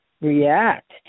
react